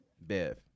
Bev